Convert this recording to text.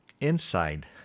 inside